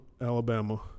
Alabama